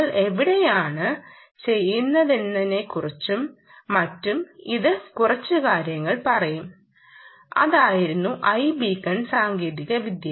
നിങ്ങൾ എവിടെയാണ് ചെയ്യുന്നതെന്നതിനെക്കുറിച്ചും മറ്റും ഇത് കുറച്ച് കാര്യങ്ങൾ പറയും അതായിരുന്നു iബീക്കൺ സാങ്കേതികവിദ്യ